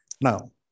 Now